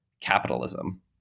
capitalism